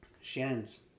Shannon's